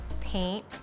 paint